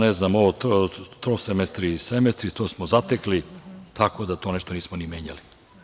Ne znam ovo trosemestri i semestri, to smo zatekli, tako da to nešto nismo ni menjali.